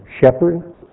shepherd